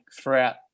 throughout